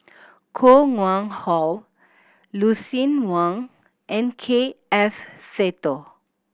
Koh Nguang How Lucien Wang and K F Seetoh